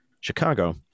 Chicago